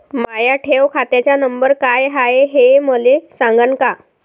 माया ठेव खात्याचा नंबर काय हाय हे मले सांगान का?